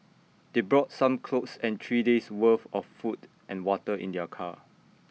they brought some clothes and three days' worth of food and water in their car